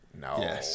No